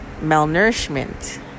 Malnourishment